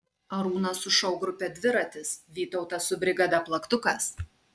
arūnas su šou grupe dviratis vytautas su brigada plaktukas